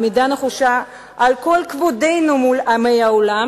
עמידה נחושה על כבודנו מול עמי העולם